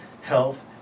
health